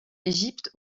égypte